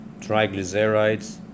triglycerides